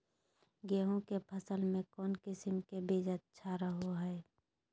गेहूँ के फसल में कौन किसम के बीज अच्छा रहो हय?